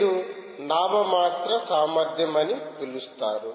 మీరు నామమాత్ర సామర్థ్యం అని పిలుస్తారు